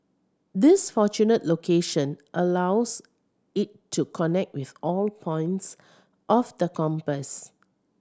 this fortunate location allows it to connect with all points of the compass